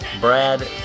Brad